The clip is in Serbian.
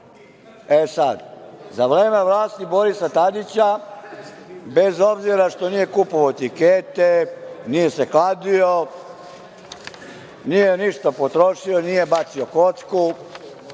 prisno.Za vreme vlasti Borisa Tadića, bez obzira što nije kupovao tikete, nije se kladio, nije ništa potrošio, nije bacio kocku,